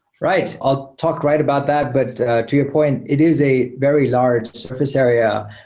right. i'll talk right about that, but to your point, it is a very large surface area.